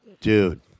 Dude